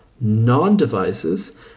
non-devices